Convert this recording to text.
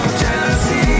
jealousy